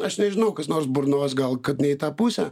aš nežinau kas nors burnos gal kad ne į tą pusę